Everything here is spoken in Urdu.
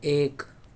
ایک